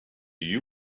you